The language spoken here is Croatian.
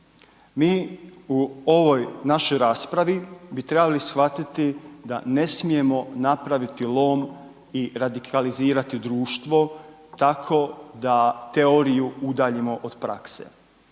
mi u ovoj našoj raspravi bi trebali shvatiti da ne smijemo napraviti lom i radikalizirati društvo tako da teoriju udaljimo od prakse,